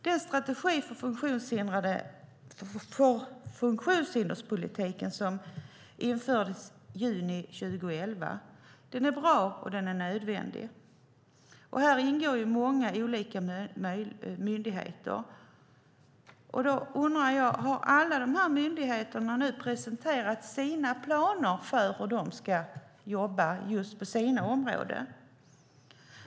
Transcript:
Den strategi för funktionshinderspolitiken som infördes i juni 2011 är bra och nödvändig. Här ingår många olika myndigheter. Då undrar jag: Har alla de här myndigheterna nu presenterat sina planer för hur de ska jobba just på sina områden?